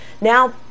now